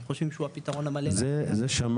חושבים שהוא הפתרון המלא זה שמענו.